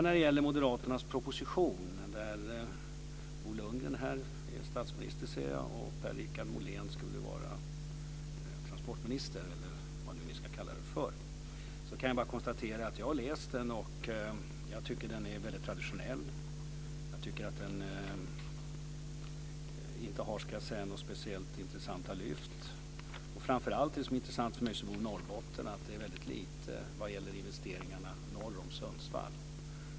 När det gäller detta förslag till proposition från Moderaterna, enligt vilken Bo Lundgren är statsminister och Per-Richard Molén skulle vara transportminister eller vad ni ska kalla det, kan jag bara konstatera att jag har läst propositionen och att jag tycker att den är väldigt traditionell. Jag tycker att den inte har några speciellt intressanta lyft. Och det som framför allt är intressant för mig som bor i Norrbotten är att det står väldigt lite om investeringarna norr om Sundsvall.